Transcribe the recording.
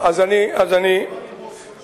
איזה סוג של זילות.